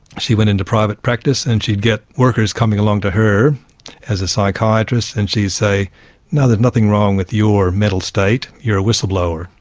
she went into private practice and she'd get workers coming along to her as a psychiatrist and she'd say no, there's nothing wrong with your mental state, you're a whistleblower.